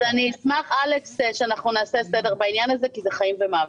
אז אני אשמח שאנחנו נעשה סדר בעניין הזה כי זה חיים ומוות.